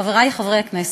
חברי חברי הכנסת,